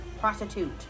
prostitute